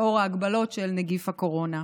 לאור ההגבלות של נגיף הקורונה.